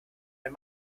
ein